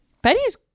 Betty's